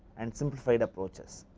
and simplified approaches.